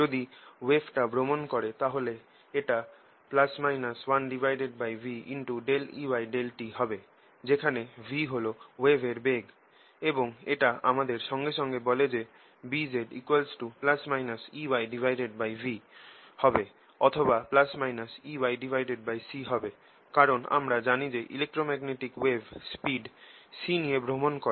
যদি ওয়েভটা ভ্রমণ করে তাহলে এটা 1vEy∂t হবে যেখানে v হল ওয়েভের বেগ এবং এটা আমাদের সঙ্গে সঙ্গে বলে যে Bz ±Eyv হবে অথবা Eyc কারণ আমরা জানি যে ইলেক্ট্রোম্যাগনেটিক ওয়েভ স্পীড c নিয়ে ভ্রমণ করে